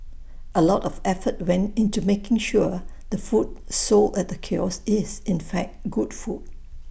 A lot of effort went into making sure the food sold at the kiosk is in fact good food